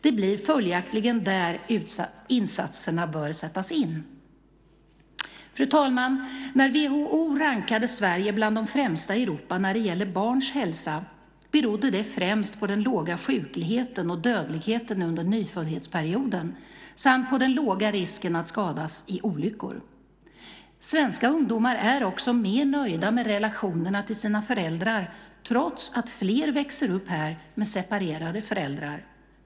Det blir följaktligen där insatserna bör sättas in. Fru talman! När WHO rankade Sverige bland de främsta i Europa när det gäller barns hälsa berodde det främst på den låga sjukligheten och dödligheten under nyföddhetsperioden samt på den låga risken att skadas i olyckor. Svenska ungdomar är också mer nöjda med relationerna till sina föräldrar trots att fler växer upp med separerade föräldrar här.